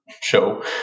show